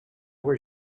where